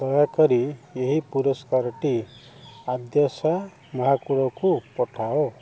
ଦୟାକରି ଏହି ପୁରସ୍କାରଟି ଆଦ୍ୟାଶା ମହାକୁଡ଼ଙ୍କୁ ପଠାଅ